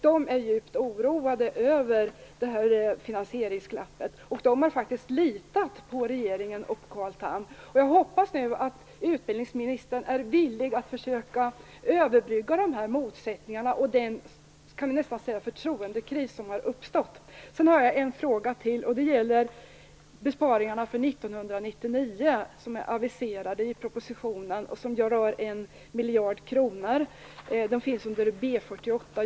De är djupt oroade över detta finansieringsglapp. De har litat på regeringen och på Carl Tham. Jag hoppas nu att utbildningsministern är villig att försöka överbrygga de här motsättningarna som har uppstått, och det som nästan kan kallas en förtroendekris. Jag har en fråga till, och det gäller besparingarna för 1999 som är aviserade i propositionen under B 48 och som rör 1 miljard kronor.